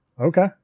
Okay